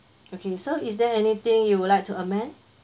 okay so is there anything you would like to amend